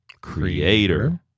Creator